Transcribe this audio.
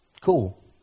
Cool